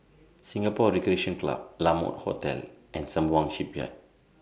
Singapore Recreation Club La Mode Hotel and Sembawang Shipyard